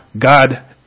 God